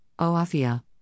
Oafia